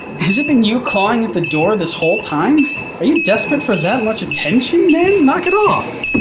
has it been you clawing at the door this whole time? are you desperate for that much attention? man, knock it off.